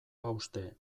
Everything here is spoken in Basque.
hauste